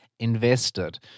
invested